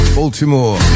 Baltimore